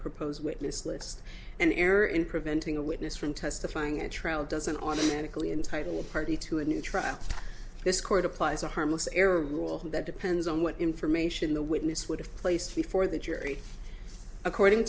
proposed witness list an error in preventing a witness from testifying the trial doesn't automatically entitled party to a new trial this court applies a harmless error rule that depends on what information the witness would have placed before the jury according